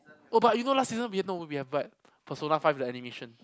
oh but you know last season we have know we are but Persona Five the animation